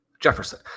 Jefferson